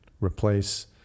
replace